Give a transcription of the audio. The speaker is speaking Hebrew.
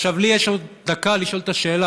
עכשיו לי יש עוד דקה לשאול את השאלה,